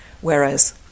Whereas